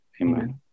Amen